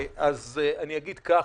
אז אני אגיד ככה: